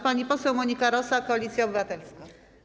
Pani poseł Monika Rosa, Koalicja Obywatelska.